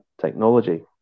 technology